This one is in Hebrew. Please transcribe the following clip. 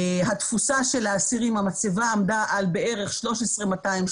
התפוסה של האסירים, המצבה עמדה על בערך 13,230